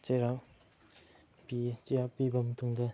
ꯆꯩꯔꯥꯛ ꯄꯤꯌꯦ ꯆꯩꯔꯥꯛ ꯄꯤꯕ ꯃꯇꯨꯡꯗ